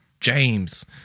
James